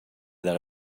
that